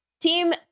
Team